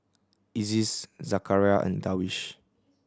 Aziz Zakaria and Darwish